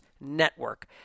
Network